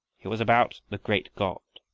it was about the great god,